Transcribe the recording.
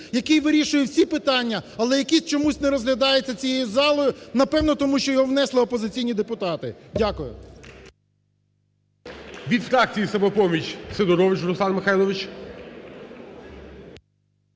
який вирішує всі питання, але який чомусь не розглядається цією залою, напевно, тому що його внесли опозиційні депутати. Дякую.